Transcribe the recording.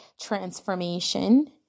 transformation